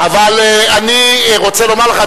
אבל אני רוצה לומר לך,